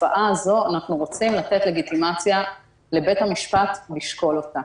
בתופעה הזאת אנחנו רוצים לתת לגיטימציה לבית המשפט לשקול אותה.